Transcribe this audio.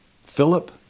Philip